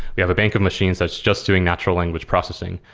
they have a bank of machines that's just doing natural language processing,